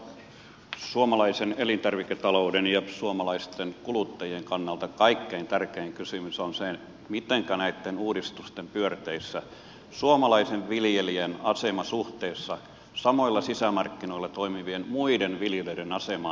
minusta suomalaisen elintarviketalouden ja suomalaisten kuluttajien kannalta kaikkein tärkein kysymys on se mitenkä näitten uudistusten pyörteissä suomalaisen viljelijän asema suhteessa samoilla sisämarkkinoilla toimivien muiden viljelijöiden asemaan säilyy